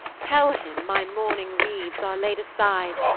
tell him, my mourning weeds are layde aside,